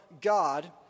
God